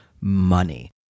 money